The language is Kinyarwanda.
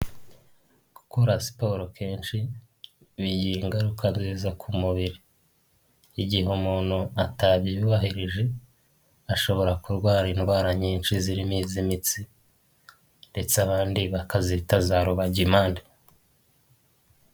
Gukora siporo kenshi bigira ingaruka nziza ku mubiri, igihe umuntu atabyubahirije ashobora kurwara indwara nyinshi, zirimo iz'imitsi ndetse abandi bakazita za rubagimpande.